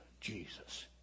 Jesus